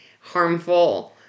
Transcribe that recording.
harmful